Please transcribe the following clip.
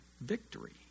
victory